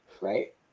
Right